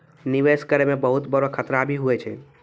निवेश करै मे बहुत बड़ो खतरा भी हुवै छै